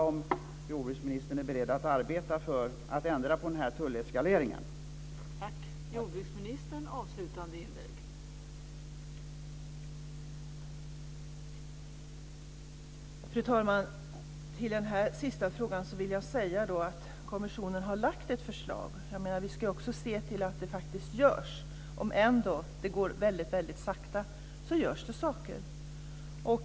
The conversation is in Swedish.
Är jordbruksministern beredd att arbeta för att tulleskaleringen ska ändras?